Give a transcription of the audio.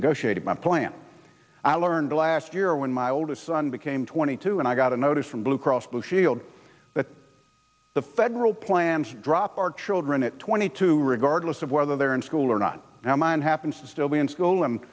negotiated my plan i learned last year when my older son became twenty two and i got a notice from blue cross blue shield that the federal plan to drop our children at twenty two regardless of whether they're in school or not now mine happens to still be in school and